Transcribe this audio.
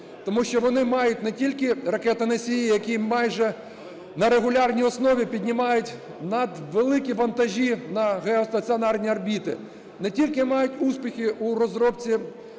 Тому що вони мають не тільки ракетоносії, які майже на регулярній основі піднімають надвеликі вантажі на геостаціонарні орбіти, не тільки мають успіхи у розробці